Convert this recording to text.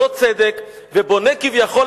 בלא צדק,